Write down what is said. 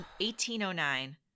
1809